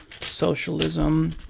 socialism